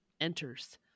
enters